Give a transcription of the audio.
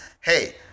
hey